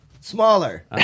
smaller